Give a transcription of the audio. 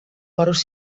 porus